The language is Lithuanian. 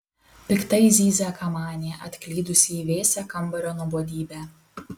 piktai zyzia kamanė atklydusi į vėsią kambario nuobodybę